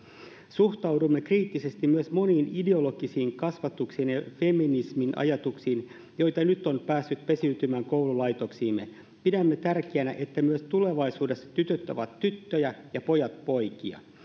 suhtaudumme kriittisesti myös moniin ideologisiin kasvatuksen ja feminismin ajatuksiin joita nyt on päässyt pesiytymään koululaitoksiimme pidämme tärkeänä että myös tulevaisuudessa tytöt ovat tyttöjä ja pojat poikia